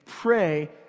pray